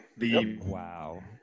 Wow